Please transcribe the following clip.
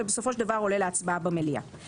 ובסופו של דבר עולה להצבעה במליאה.